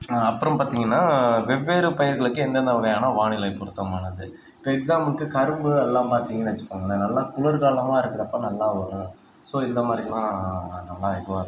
so அப்புறம் பார்த்தீங்கன்னா வெவ்வேறு பயிருகளுக்கு எந்தெந்த வகையான வானிலை பொறுத்தமானது இப்போ எக்ஸாம்பிளுக்கு கரும்பு அது எல்லா பார்த்தீங்கன்னு வச்சுக்கோங்களேன் நல்லா குளிர்காலமாக இருக்கிறப்ப நல்லா வரும் ஸோ இந்தமாதிரில்லா நம்ம இப்போது